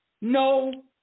No